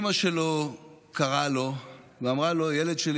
אימא שלו קראה לו ואמרה לו: ילד שלי,